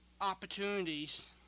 opportunities